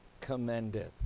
commendeth